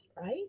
right